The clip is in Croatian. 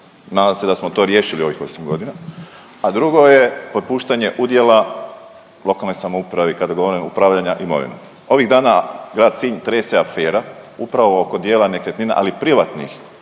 Nadam se da smo to riješili u ovih 8 godina. A drugo je prepuštanje udjela lokalnoj samoupravi kada govorimo upravljanja imovinom. Ovih dana grad Sinj trese afera upravo oko dijela nekretnina ali privatnih